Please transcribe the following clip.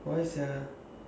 why sia